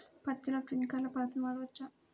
పత్తిలో ట్వింక్లర్ పద్ధతి వాడవచ్చా?